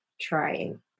trying